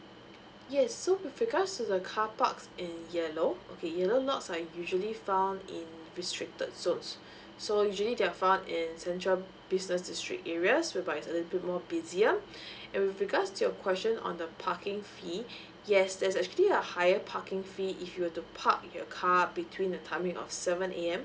yes so with regards to the car parks in yellow okay yellow lots are usually found in restricted zones so usually they are found in central business district areas whereby it's a little bit more busier and with regards to your question on the parking fee yes there's actually a higher parking fee if you were to park your car between a timing the timing of seven A_M